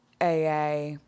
AA